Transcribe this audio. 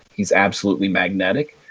he's absolutely magnetic.